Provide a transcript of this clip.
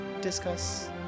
discuss